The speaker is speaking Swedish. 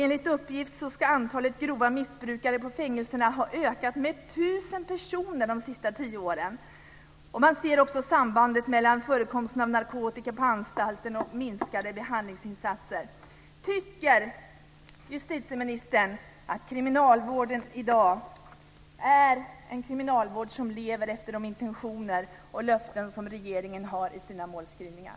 Enligt uppgift ska antalet grova missbrukare på fängelserna ha ökat med 1 000 personer de senaste tio åren. Man ser också sambandet mellan förekomsten av narkotika på anstalter och minskade behandlingsinsatser. Tycker justitieministern att kriminalvården i dag är en kriminalvård som lever efter de intentioner och löften som regeringen har i sina målskrivningar?